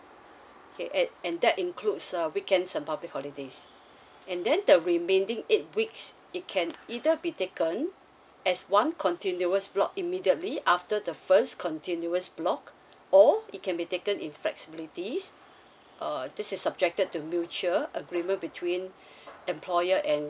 and that includes uh weekends and public holidays and then the remaining eight weeks it can either be taken as one continuous block immediately after the first continuous block or it can be taken in flexibilities err this is subjected to mutual agreement between employer and